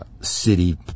city